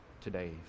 today